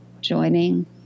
joining